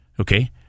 Okay